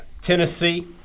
Tennessee